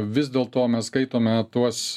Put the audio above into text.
vis dėlto mes skaitome tuos